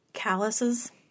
calluses